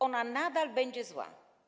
Ona nadal będzie zła.